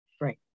Right